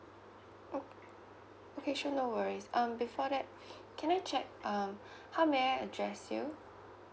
oh okay sure no worries um before that can I check um how may I address you